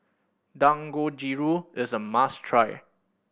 dangojiru is a must try